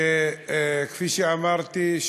שכפי שאמרתי,